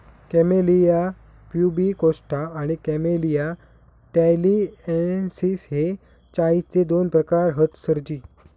camellia प्यूबिकोस्टा आणि camellia टॅलिएन्सिस हे चायचे दोन प्रकार हत सरजी